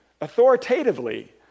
authoritatively